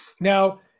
now